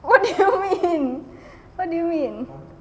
what do you mean what do you mean